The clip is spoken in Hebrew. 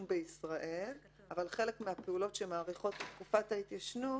בישראל אבל חלק מהפעולות שמאריכות את תקופת ההתיישנות